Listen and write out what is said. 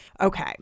Okay